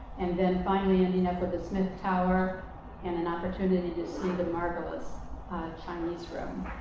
and then finally, ending up with this smith tower and an opportunity to see the marvelous chinese room.